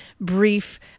brief